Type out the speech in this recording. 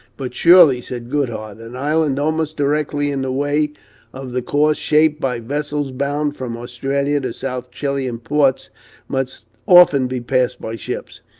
but, surely said goodhart, an island almost directly in the way of the course shaped by vessels bound from australia to south chilian ports must often be passed by ships.